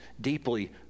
deeply